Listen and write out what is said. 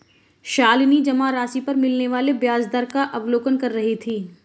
शालिनी जमा राशि पर मिलने वाले ब्याज दर का अवलोकन कर रही थी